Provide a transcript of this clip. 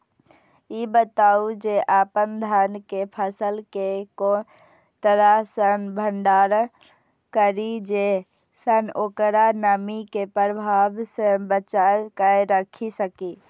ई बताऊ जे अपन धान के फसल केय कोन तरह सं भंडारण करि जेय सं ओकरा नमी के प्रभाव सं बचा कय राखि सकी?